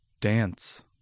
Dance